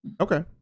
Okay